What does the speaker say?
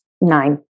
nine